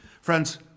Friends